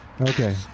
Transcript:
Okay